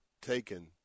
taken